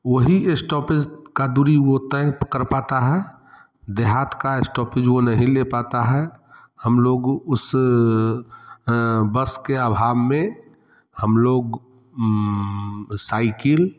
वो ही एसटॉपेज का दूरी वो तय कर पाता है देहात का एसटॉपिज वो नहीं ले पाता है हम लोग उस बस के अभाव में हम लोग साईकिल